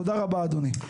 תודה רבה, אדוני.